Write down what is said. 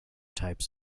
types